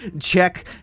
Check